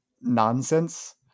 nonsense